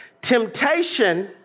Temptation